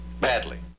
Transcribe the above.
Badly